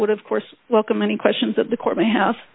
would of course welcome any questions at the courthouse